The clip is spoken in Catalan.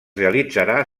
realitzarà